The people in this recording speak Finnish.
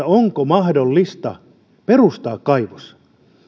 onko mahdollista perustaa kaivos